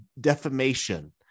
defamation